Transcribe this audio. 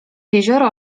jezioro